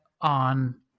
on